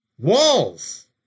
walls